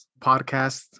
podcast